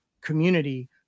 community